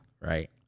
right